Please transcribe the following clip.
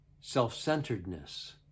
self-centeredness